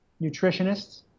nutritionists